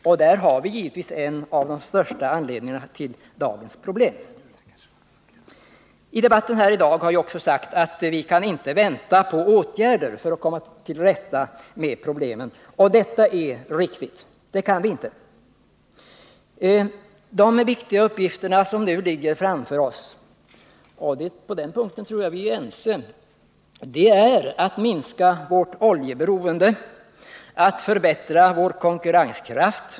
I det uttalandet pekas på en av de största anledningarna till dagens I debatten i dag har också sagts att vi inte kan vänta på åtgärder för att komma till rätta med dagens problem. Detta är riktigt. Det kan vi inte. De viktigaste uppgifter som nu ligger framför oss — och på den punkten tror jag vi är ense — är att minska vårt oljeberoende och att förbättra konkurrenskraften.